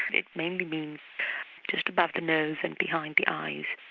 it mainly means just above the nose and behind the eyes.